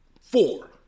four